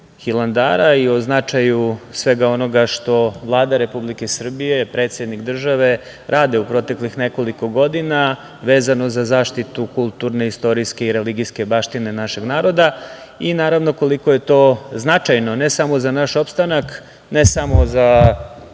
Hilandara i o značaju svega onoga što Vlada Republike Srbije i predsednik države rade u proteklih nekoliko godina vezano za zaštitu kulturne istorijske i religijske baštine našeg naroda i, naravno, koliko je to značajno, ne samo za naš opstanak, ne samo za